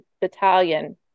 battalion